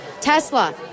Tesla